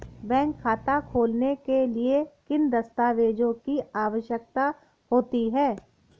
Bank खाता खोलने के लिए किन दस्तावेजों की आवश्यकता होती है?